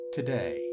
Today